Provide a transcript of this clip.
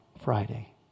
Friday